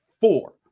Four